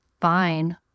fine